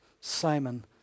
Simon